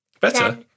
Better